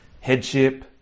Headship